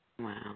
Wow